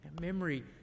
Memory